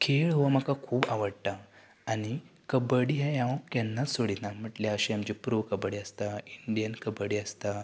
खेळ हो म्हाका खूब आवडटा आनी कबड्डी हें हांव केन्नाच सोडिना म्हटल्यार अशें आमचें प्रो कबड्डी आसता इंडियन कबड्डी आसता